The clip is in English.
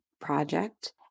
Project